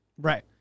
Right